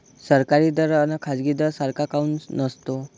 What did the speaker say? सरकारी दर अन खाजगी दर सारखा काऊन नसतो?